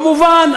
כמובן,